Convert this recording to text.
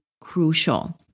crucial